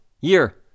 year